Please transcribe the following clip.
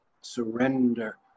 surrender